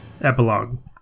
Epilogue